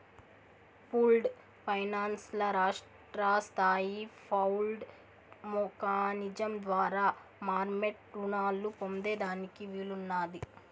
pooled finance ల రాష్ట్రస్తాయి pooled mechanism ద్వారా మార్మెట్ రునాలు పొందేదానికి వీలున్నాది